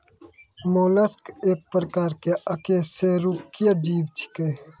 mollusc एक प्रकार के अकेशेरुकीय जीव छेकै